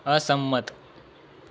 અસંમત